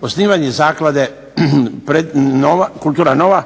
Osnivanje zaklade "Kultura nova"